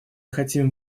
хотим